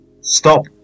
Stop